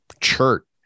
chert